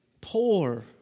poor